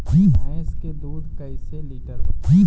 भैंस के दूध कईसे लीटर बा?